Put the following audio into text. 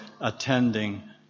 attending